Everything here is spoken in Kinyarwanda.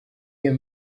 iyo